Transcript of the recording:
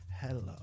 Hello